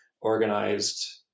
organized